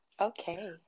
Okay